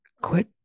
quit